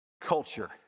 Culture